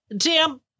Tim